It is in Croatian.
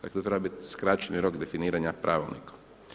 Dakle tu treba biti skraćeni rok definiranja pravilnikom.